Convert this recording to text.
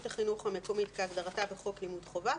רשות החינוך המקומית כהגדרתה בחוק לימוד חובה,